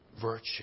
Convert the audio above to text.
virtue